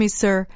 sir